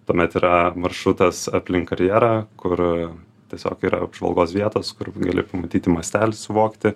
tuomet yra maršrutas aplink karjerą kur tiesiog yra apžvalgos vietos kur gali pamatyti mastelį suvokti